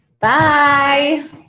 bye